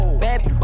baby